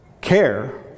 care